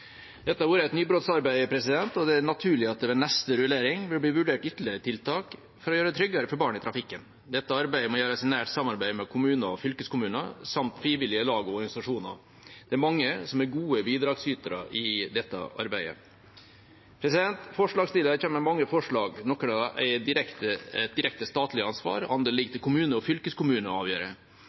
Dette har vært et nybrottsarbeid, og det er naturlig at det ved neste rullering vil bli vurdert ytterligere tiltak for å gjøre det tryggere for barn i trafikken. Dette arbeidet må gjøres i nært samarbeid med kommuner og fylkeskommuner samt frivillige lag og organisasjoner. Det er mange som er gode bidragsytere i dette arbeidet. Forslagsstiller kommer med mange forslag. Noen av dem er et direkte statlig ansvar, andre ligger til kommune og fylkeskommune å avgjøre.